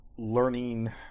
learning